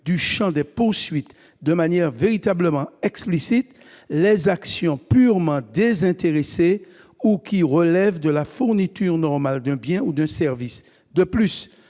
du champ des poursuites, de manière véritablement explicite, les actions purement désintéressées ou qui relèvent de la fourniture normale d'un bien ou d'un service. De plus,